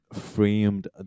framed